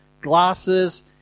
glasses